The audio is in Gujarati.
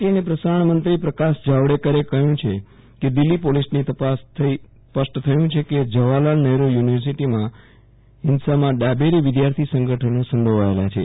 માહિતી અને પ્રસારણ મંત્રી પ્રકાશ જાવડેકરે જણાવ્યુ છે કે દિલ્હી પોલીસની તપાસ થઈ સ્પષ્ટ થયુ છે કે જવાહરલાલ નહેરૂ યુ નિવર્સિટીમાં હિંસામાં ડાબેરી વિધાર્થી સંગઠનો સંડોવાયેલા છે